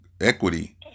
equity